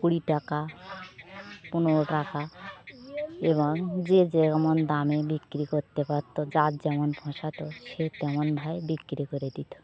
কুড়ি টাকা পনের টাকা এবং যে যে যেমন দামে বিক্রি করতে পারত যার যেমন পোশাতো সে তেমন ভাই বিক্রি করে দিত